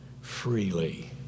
freely